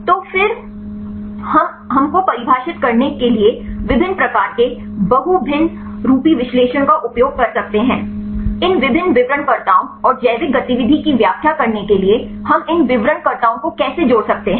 तो फिर हमको परिभाषित करने के लिए विभिन्न प्रकार के बहुभिन्नरूपी विश्लेषण का उपयोग कर सकते हैं इन विभिन्न विवरणकर्ताओं और जैविक गतिविधि की व्याख्या करने के लिए हम इन विवरणकर्ताओं को कैसे जोड़ सकते हैं